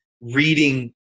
reading